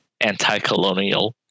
anti-colonial